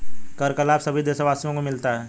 कर का लाभ सभी देशवासियों को मिलता है